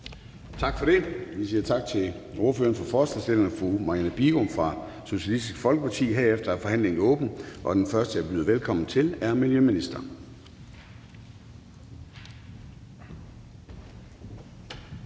Tak for det. Vi siger tak til ordføreren for forslagsstilleren, fru Marianne Bigum fra Socialistisk Folkeparti. Herefter er forhandlingen åbnet, og jeg byder velkommen til miljøministeren.